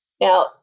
Now